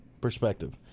perspective